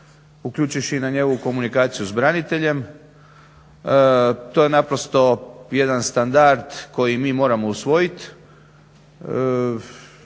uključujući i na njegovu komunikaciju s braniteljem. To je naprosto jedan standard koji mi moramo usvojit.